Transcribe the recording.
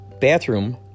bathroom